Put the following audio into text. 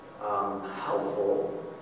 helpful